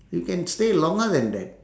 you can stay longer than that